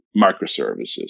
microservices